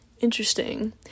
Interesting